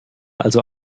also